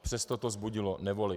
Přesto to vzbudilo nevoli.